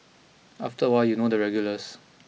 after a while you know the regulars